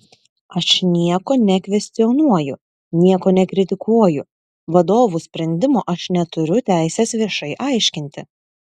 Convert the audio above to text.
aš nieko nekvestionuoju nieko nekritikuoju vadovų sprendimo aš neturiu teisės viešai aiškinti